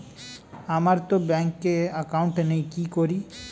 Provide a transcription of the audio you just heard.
আমারতো ব্যাংকে একাউন্ট নেই কি করি?